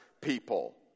people